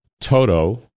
Toto